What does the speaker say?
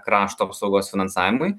krašto apsaugos finansavimui